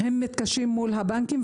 מתקשים מול הבנקים.